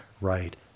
right